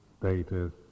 status